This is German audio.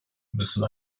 müssen